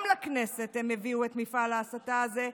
גם לכנסת הם הביאו את מפעל ההסתה הזה,